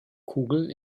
kugel